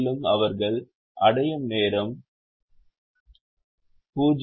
மேலும் அவர்கள் அடையும் நேரம் 0